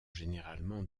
généralement